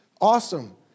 awesome